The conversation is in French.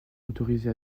autorisé